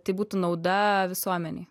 tai būtų nauda visuomenei